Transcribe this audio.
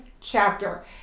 chapter